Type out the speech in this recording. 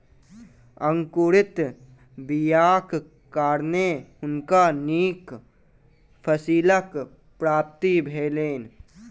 अंकुरित बीयाक कारणें हुनका नीक फसीलक प्राप्ति भेलैन